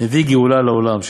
מביא גאולה לעולם,